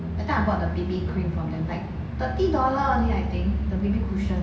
that time I bought the B_B cream from them like thirty dollar only think the B_B cushion